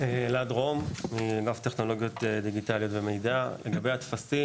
לא הצלחתי להבין, המערך הדיגיטלי לא יודע לעבוד